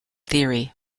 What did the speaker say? theory